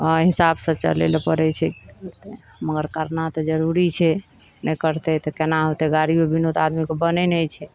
ओहए हिसाबसँ चलै लए पड़ै छै मगर करना तऽ जरूरी छै नहि करतै तऽ केना होयतै गाड़िओ बिनु तऽ आदमीके बनै नहि छै